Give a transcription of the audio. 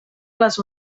les